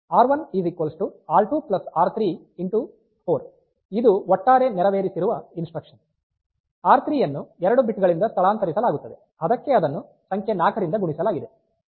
R one ಆರ್2 ಆರ್3 4 ಇದು ಒಟ್ಟಾರೆ ನೆರವೇರಿಸಿರುವ ಇನ್ಸ್ಟ್ರಕ್ಷನ್ ಆರ್3 ಅನ್ನು 2 ಬಿಟ್ಗಳಿಂದ ಸ್ಥಳಾಂತರಿಸಲಾಗುತ್ತದೆ ಅದಕ್ಕೆ ಅದನ್ನು ಸಂಖ್ಯೆ 4 ರಿಂದ ಗುಣಿಸಲಾಗಿದೆ